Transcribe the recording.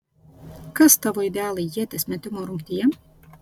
kas tavo idealai ieties metimo rungtyje